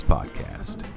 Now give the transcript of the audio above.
Podcast